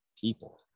people